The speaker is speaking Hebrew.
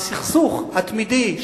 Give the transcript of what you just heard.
הסכסוך התמידי,